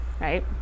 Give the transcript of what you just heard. right